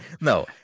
No